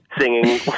singing